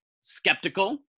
skeptical